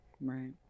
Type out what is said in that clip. Right